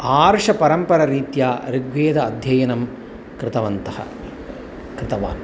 आर्षपरम्परारीत्या ऋग्वेदाध्ययनं कृतवन्तः कृतवान्